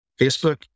Facebook